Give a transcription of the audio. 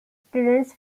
students